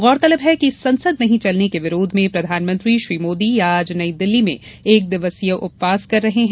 गौरतलब है कि संसद नहीं चलने के विरोध में प्रधानमंत्री श्री मोदी आज नई दिल्ली में एकदिवसीय उपवास कर रहे हैं